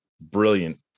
brilliant